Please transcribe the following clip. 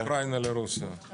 בין אוקראינה לרוסיה.